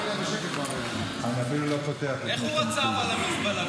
אבל איך הוא רצה למזבלה?